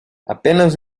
apenas